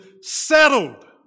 settled